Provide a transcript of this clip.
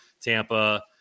Tampa